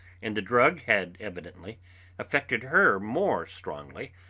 and the drug had evidently affected her more strongly,